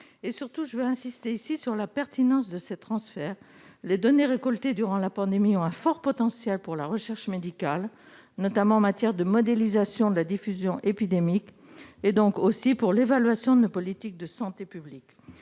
de recherche. J'insiste ici sur la pertinence de ces transferts. Les données recueillies durant la pandémie représentent un fort potentiel pour la recherche médicale, notamment en matière de modélisation de la diffusion épidémique, et donc aussi pour l'évaluation de nos politiques de santé publique.